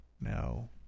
No